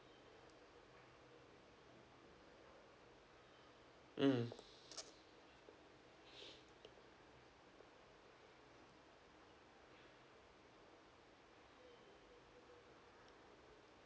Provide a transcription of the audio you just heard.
mm